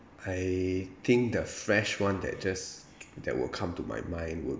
I think the fresh one that just that will come to my mind would